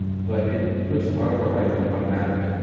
but it puts a lot of our life on automatic.